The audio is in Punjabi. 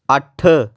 ਅੱਠ